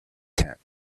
tent